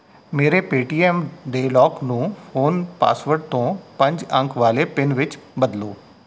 ਮੇਰੇ ਪੇਟੀਐੱਮ ਦੇ ਲੌਕ ਨੂੰ ਫ਼ੋਨ ਪਾਸਵਰਡ ਤੋਂ ਪੰਜ ਅੰਕ ਵਾਲੇ ਪਿੰਨ ਵਿੱਚ ਬਦਲੋ